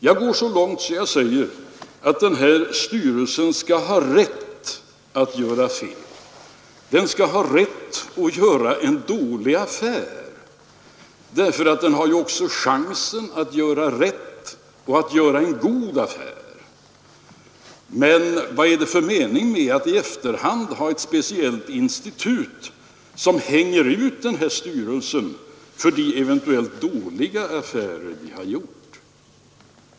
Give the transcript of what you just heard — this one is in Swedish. Jag går så långt att jag säger att den här styrelsen skall ha rätt att göra fel. Den skall ha rätt att göra en dålig affär, för den har ju också chansen att göra rätt och att göra en god affär. Men vad är det för mening med att ha ett speciellt institut som i efterhand hänger ut styrelsen till beskådande för de dåliga affärer den eventuellt kan ha gjort?